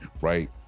right